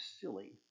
silly